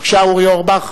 בבקשה, אורי אורבך.